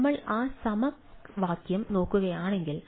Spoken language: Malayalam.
നമ്മൾ ആ സമവാക്യം നോക്കുകയാണെങ്കിൽ